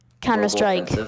Counter-Strike